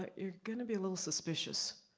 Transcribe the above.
ah you're gonna be a little suspicious.